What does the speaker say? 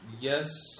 Yes